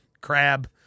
Crab